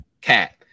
cat